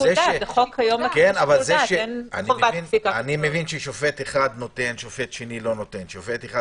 אני מבין ששופט אחד נותן אלף שקל,